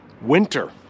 winter